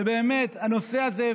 שהנושא הזה,